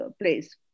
place